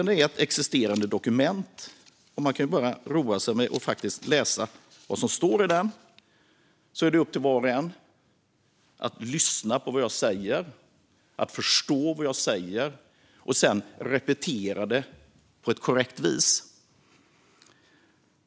Det är ett existerande dokument, och man kan bara roa sig med att läsa vad som står i det. Sedan är det upp till var och en att lyssna på vad jag säger, förstå vad jag säger och sedan repetera det på ett korrekt vis.